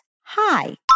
hi